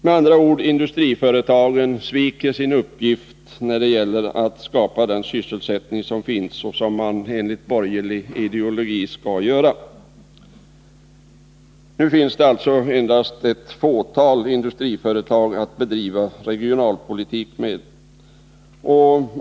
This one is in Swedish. Med andra ord, industriföretagen sviker sin uppgift när det gäller att skapa sysselsättning, något som man ju enligt borgerlig ideologi skall skapa. Nu finns det endast ett fåtal industriföretag att bedriva regionalpolitik med.